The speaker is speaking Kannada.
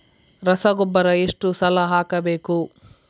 ರಸಗೊಬ್ಬರ ಎಷ್ಟು ಸಲ ಹಾಕಬೇಕು?